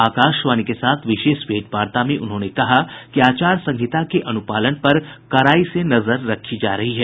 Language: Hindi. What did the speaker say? आकाशवाणी े साथ विशेष मेंटवार्ता में उन्होंने कहा कि आचार संहिता के अनुपालन पर कडाई से नजर रखी जा रही है